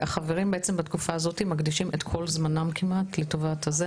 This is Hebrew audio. החברים בעצם בתקופה הזאת מקדישים את כל זמנם כמעט לטובת זה.